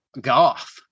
goth